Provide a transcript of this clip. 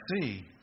see